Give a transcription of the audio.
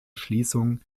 schließung